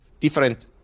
different